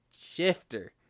shifter